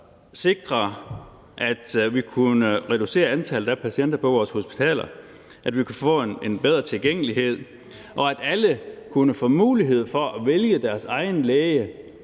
sikre, at vi kunne reducere antallet af patienter på vores hospitaler, at vi kunne få en bedre tilgængelighed, og at alle kunne få mulighed for at vælge deres egen læge.